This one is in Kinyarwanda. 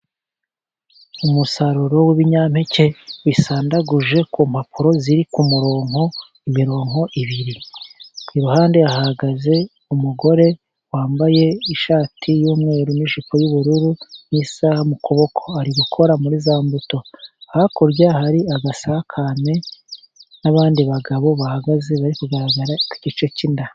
Umusaruro w'ibinyampeke bisandaguje ku mpapuro ziri ku murongo, imirongo ibiri. Ku iruhande hahagaze umugore wambaye ishati y'umweru n'ijipo y'ubururu n'isaha mu kuboko, ari gukora muri za mbuto. Hakurya hari agasakame n'abandi bagabo bahagaze bari kugaragara ku gice cy'inda.